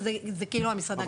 אז זה כאילו המשרד להגנת הסביבה.